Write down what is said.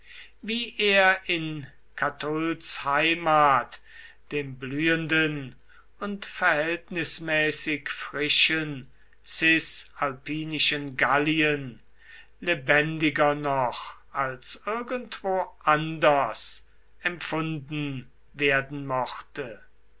wie er in catulls heimat dem blühenden und verhältnismäßig frischen cisalpinischen gallien lebendiger noch als irgendwo anders empfunden werden mochte